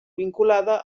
vinculada